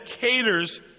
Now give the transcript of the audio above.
caters